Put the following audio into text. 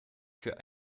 für